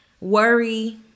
worry